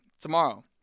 tomorrow